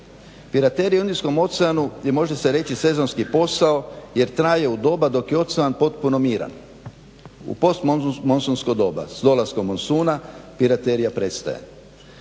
Piraterija u Indijskom oceanu i može se reći sezonski posao jer traje u doba kada dok je ocean potpuno miran. U postmonsunsko doba s dolaskom monsuna piraterija prestaje.